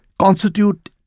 constitute